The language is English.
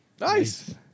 Nice